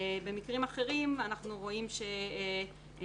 במקרים אחרים אנחנו רואים שמורים,